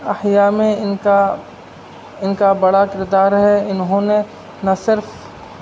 احیا میں ان کا ان کا بڑا کردار ہے انہوں نے نہ صرف